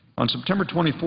on september twenty four,